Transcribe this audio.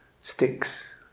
sticks